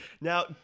Now